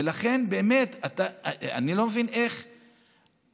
ולכן, באמת, אני לא מבין, איך אפשר?